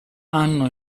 hanno